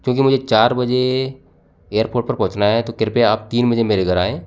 क्योंकि मुझे चार बजे एयरपोर्ट पर पहुँचना है तो कृपया आप तीन बजे मेरे घर आएं